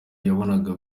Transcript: yabonaga